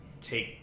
take